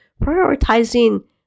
prioritizing